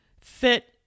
fit